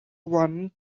one